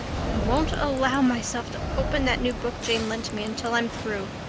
i won't allow myself to open that new book jane lent me until i'm through.